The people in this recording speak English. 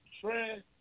trend